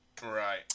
Right